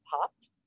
popped